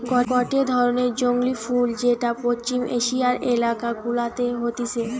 গটে ধরণের জংলী ফুল যেটা পশ্চিম এশিয়ার এলাকা গুলাতে হতিছে